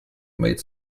made